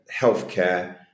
healthcare